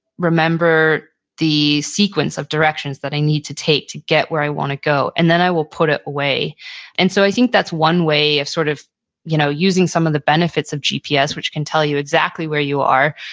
remember the sequence of directions that i need to take to get where i want to go. and then i will put it away and so i think that's one way of sort of you know using some of the benefits of gps, which can tell you exactly where you are.